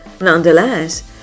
Nonetheless